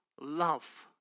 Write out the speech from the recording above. love